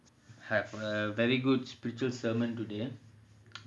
have a very good spiritual sermon today